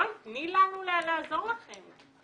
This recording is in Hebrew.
בואי תני לנו לעזור לכם.